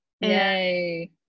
Yay